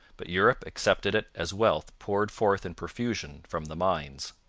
but europe accepted it as wealth poured forth in profusion from the mines.